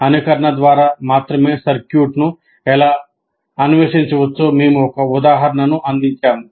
అనుకరణ ద్వారా మాత్రమే సర్క్యూట్ను ఎలా అన్వేషించవచ్చో మేము ఒక ఉదాహరణను అందించాము